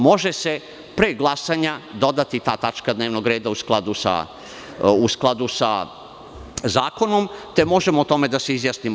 Može se pre glasanja dodati ta tačka dnevnog reda u skladu sa Zakonom, te možemo o tome da se izjasnimo.